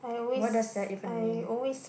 what does that even mean